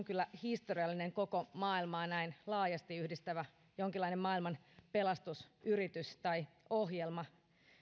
kyllä historiallinen koko maailmaa näin laajasti yhdistävä jonkinlainen maailman pelastusyritys tai ohjelma